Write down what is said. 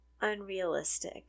unrealistic